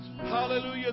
Hallelujah